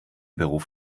beruf